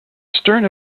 stern